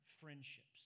friendships